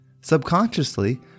Subconsciously